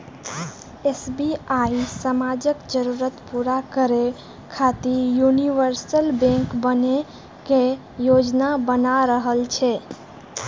SBI समाजक जरूरत पूरा करै खातिर यूनिवर्सल बैंक बनै के योजना बना रहल छै